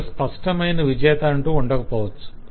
అసలు స్పష్టమైన విజేత అంటూ ఉండకపోవచ్చు